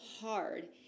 hard